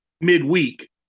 midweek